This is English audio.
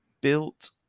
built